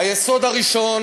היסוד הראשון